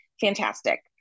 Fantastic